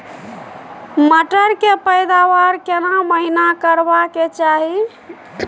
मटर के पैदावार केना महिना करबा के चाही?